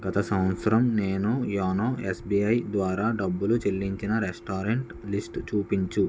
గత సంవత్సరం నేను యోనో ఎస్ బీ ఐ ద్వారా డబ్బు చెల్లించిన రెస్టారెంట్ల లిస్టు చూపించు